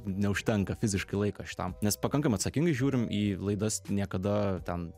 neužtenka fiziškai laiko šitam nes pakankamai atsakingai žiūrim į laidas niekada ten